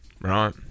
right